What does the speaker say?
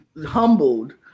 humbled